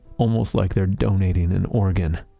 almost like they're donating an organ